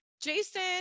Jason